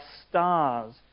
stars